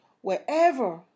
Wherever